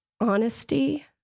honesty